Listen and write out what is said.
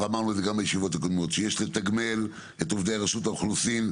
ואמרנו את זה גם בישיבות הקודמות יש לתגמל את עובדי רשות האוכלוסין,